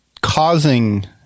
causing